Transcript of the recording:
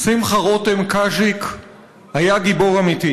שמחה רותם קאז'יק היה גיבור אמיתי.